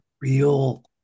real